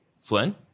flynn